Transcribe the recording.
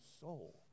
soul